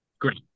Great